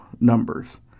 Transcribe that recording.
numbers